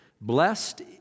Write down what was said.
Blessed